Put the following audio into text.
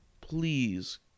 Please